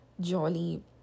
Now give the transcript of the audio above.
jolly